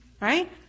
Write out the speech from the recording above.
Right